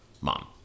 mom